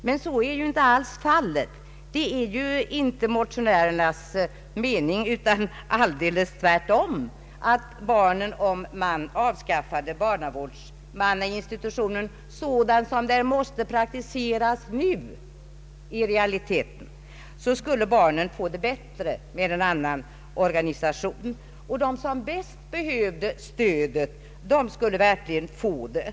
Men så är inte alls fallet; detta är givetvis inte motionärernas uppfattning utan alldeles tvärtom. Om man avskaffar barnavårdsmannainstitutionen sådan som den nu i realiteten ter sig så skulle barnen få det bättre med en annan organisation. De som bäst behöver stödet skulle verkligen få det.